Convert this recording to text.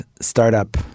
startup